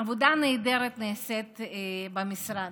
עבודה נהדרת נעשית במשרד,